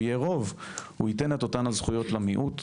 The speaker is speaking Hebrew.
יהיה רוב הוא ייתן את אותן הזכויות למיעוט.